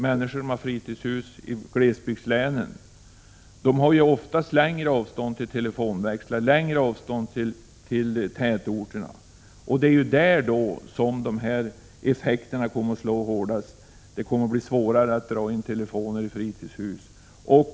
Människor som har fritidshus i glesbygdslänen har ju oftast längre avstånd till telefonväxlar och till tätorterna, och det är ju där som effekterna kommer att slå hårdast. Det kommer att bli svårare att dra in telefon i fritidshus.